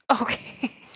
Okay